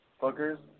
fuckers